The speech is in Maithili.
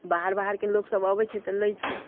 बाहर बाहरके लोक सभ अबै छै तऽ लै छै